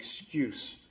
excuse